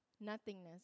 nothingness